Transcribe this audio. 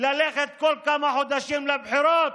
ללכת כל כמה חודשים לבחירות?